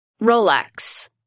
Rolex